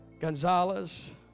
Gonzalez